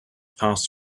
passed